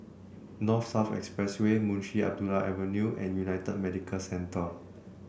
North South Expressway Munshi Abdullah Avenue and United Medicare Centre